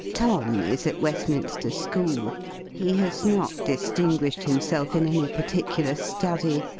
tom is at westminster school he has not distinguished himself in any particular study,